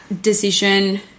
decision